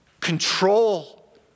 control